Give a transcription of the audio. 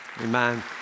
Amen